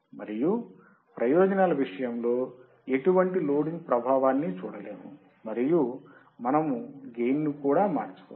మరియు ప్రయోజనాల విషయములో మనం ఎటువంటి లోడింగ్ ప్రభావాన్ని చూడలేము మరియు మేము గెయిన్ ని కూడా మార్చవచ్చు